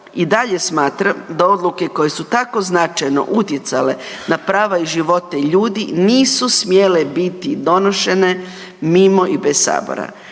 I dalje smatram da odluke koje su tako značajno utjecale na prava i živote ljudi, nisu smjele biti donošene mimo i bez Sabora.